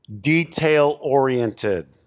detail-oriented